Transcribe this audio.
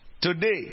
Today